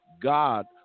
God